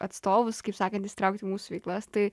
atstovus kaip sakant įsitraukti į mūsų veiklas tai